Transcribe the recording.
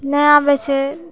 नहि आबै छै